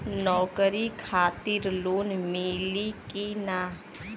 नौकरी खातिर लोन मिली की ना?